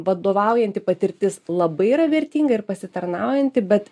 vadovaujanti patirtis labai yra vertinga ir pasitarnaujanti bet